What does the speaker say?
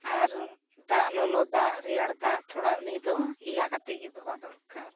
ᱟᱨ ᱫᱟᱜ ᱞᱚᱞᱚ ᱫᱟᱜ ᱨᱮᱭᱟᱲ ᱫᱟᱜ ᱛᱷᱚᱲᱟ ᱩᱱᱤ ᱫᱚ ᱤᱦᱟ ᱠᱟᱛᱮᱫ ᱜᱮ ᱫᱚᱦᱚ ᱫᱚᱨᱠᱟᱨ